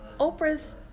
Oprah's